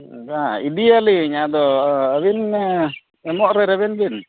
ᱵᱟᱝ ᱤᱫᱤᱭᱟᱞᱤᱧ ᱟᱫᱚ ᱟᱹᱵᱤᱱᱢᱟ ᱮᱢᱚᱢᱚᱜ ᱨᱮ ᱨᱮᱵᱮᱱ ᱵᱤᱱ